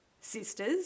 sisters